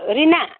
औ रिना